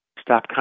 stop